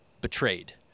betrayed